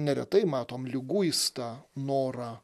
neretai matom liguistą norą